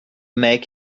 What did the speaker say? make